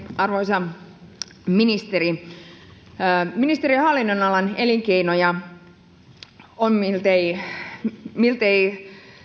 arvoisa ministeri ministeriön hallinnonalan elinkeinoja on miltei miltei